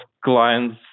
clients